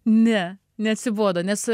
ne neatsibodo nes